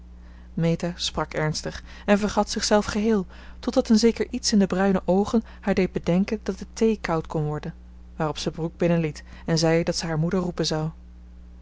meta sprak ernstig en vergat zichzelf geheel totdat een zeker iets in de bruine oogen haar deed bedenken dat de thee koud kon worden waarop ze brooke binnen liet en zei dat ze haar moeder roepen zou